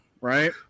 right